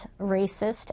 racist